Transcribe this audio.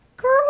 Girl